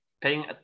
paying